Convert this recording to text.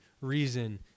reason